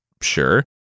sure